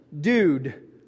dude